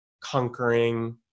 conquering